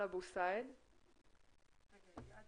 איאד